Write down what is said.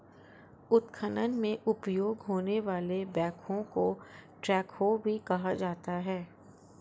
उत्खनन में उपयोग होने वाले बैकहो को ट्रैकहो भी कहा जाता है